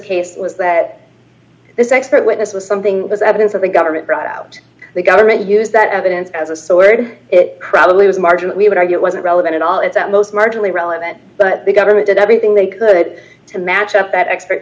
case was that this expert witness was something that was evidence of a government brought out the government use that evidence as a sword it probably was marginal we would argue it wasn't relevant at all it's at most marginally relevant but the government did everything they could to match up that expert